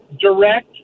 direct